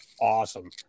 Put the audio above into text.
awesome